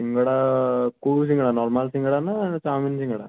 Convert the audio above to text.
ସିଙ୍ଗଡ଼ା କେଉଁ ସିଙ୍ଗଡ଼ା ନର୍ମାଲ ସିଙ୍ଗଡ଼ା ନା ଚାଉମିନ୍ ସିଙ୍ଗଡ଼ା